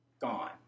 Gone